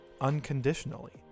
unconditionally